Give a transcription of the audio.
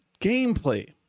gameplay